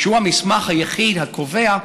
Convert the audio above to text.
שהוא המסמך היחיד הקובע,